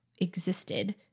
existed